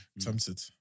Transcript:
Tempted